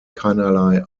keinerlei